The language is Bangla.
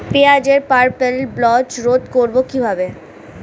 পেঁয়াজের পার্পেল ব্লচ রোধ করবো কিভাবে?